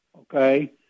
Okay